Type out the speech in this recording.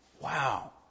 Wow